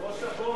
ראש ה"בונדס".